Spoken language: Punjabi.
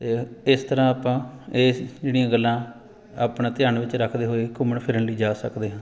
ਅਤੇ ਇਸ ਤਰ੍ਹਾਂ ਆਪਾਂ ਇਹ ਜਿਹੜੀਆਂ ਗੱਲਾਂ ਆਪਣਾ ਧਿਆਨ ਵਿੱਚ ਰੱਖਦੇ ਹੋਏ ਘੁੰਮਣ ਫਿਰਨ ਲਈ ਜਾ ਸਕਦੇ ਹਾਂ